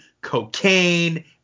cocaine